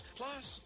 plus